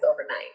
overnight